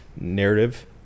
narrative